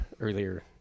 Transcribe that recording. earlier